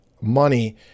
money